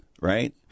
Right